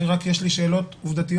אני רק יש לי שאלות עובדתיות,